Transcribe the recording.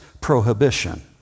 prohibition